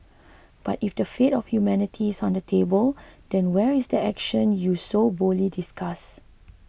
but if the fate of humanity is on the table then where is the action you so boldly discuss